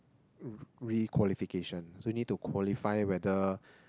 re~ requalification so you need to qualify whether